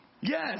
yes